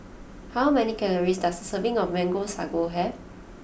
how many calories does a serving of Mango Sago have